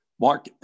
Mark